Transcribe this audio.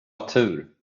tur